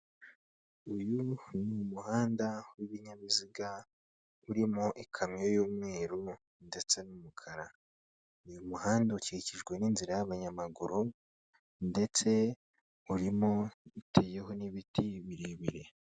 Uyu ni umuhanda w'ibinyabiziga urimo ikamyo y'umweru ndetse n'umukara. Uyu muhanda ukikijwe n'inzira y'abanyamaguru ndetse urimo uteyeho n'ibiti birebire.